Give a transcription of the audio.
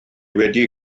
wedi